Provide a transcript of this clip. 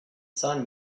sun